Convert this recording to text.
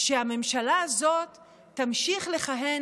שהממשלה הזאת תמשיך לכהן,